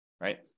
right